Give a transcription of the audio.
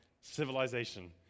civilization